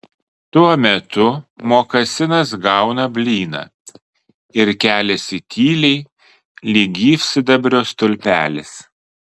tuo metu mokasinas gauna blyną ir keliasi tyliai lyg gyvsidabrio stulpelis